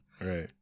Right